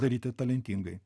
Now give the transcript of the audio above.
daryti talentingai